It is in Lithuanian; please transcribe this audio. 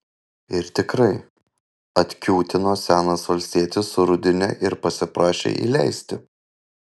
ir tikrai atkiūtino senas valstietis su rudine ir pasiprašė įleisti